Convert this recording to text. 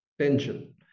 tension